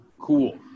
cool